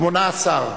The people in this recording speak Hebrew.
אחרי שמונה שנים.